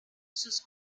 sus